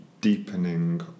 deepening